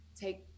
take